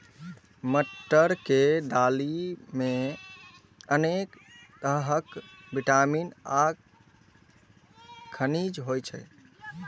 मटर के दालि मे अनेक तरहक विटामिन आ खनिज होइ छै